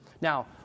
Now